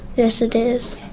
yes, it is.